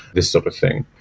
this sort of thing.